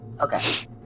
Okay